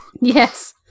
Yes